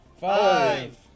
Five